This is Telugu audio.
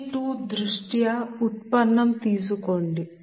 Pg2 దృష్ట్యా ఉత్పన్నం తీసుకోండి dPLossdPg20